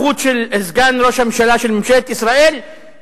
סגן ראש הממשלה של ממשלת ישראל,